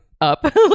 up